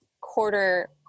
quarter